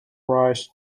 rush